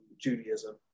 Judaism